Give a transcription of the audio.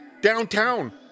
downtown